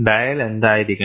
dial എന്തായിരിക്കണം